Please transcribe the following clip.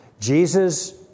Jesus